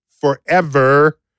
forever